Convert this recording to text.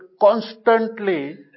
constantly